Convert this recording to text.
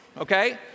okay